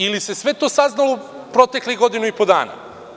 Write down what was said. Ili se sve to saznalo u proteklih godinu i po dana?